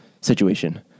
situation